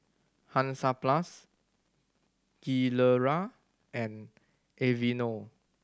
Hansaplast Gilera and Aveeno